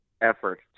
effort